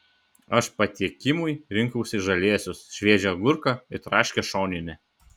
aš patiekimui rinkausi žalėsius šviežią agurką ir traškią šoninę